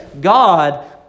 God